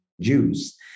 Jews